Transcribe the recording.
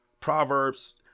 Proverbs